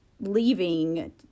leaving